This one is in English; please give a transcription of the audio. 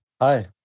Hi